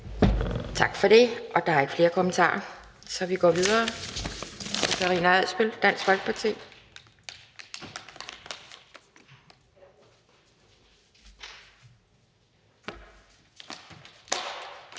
Tak for det. Der er ikke flere kommentarer, så vi går videre til fru Karina Adsbøl, Dansk Folkeparti.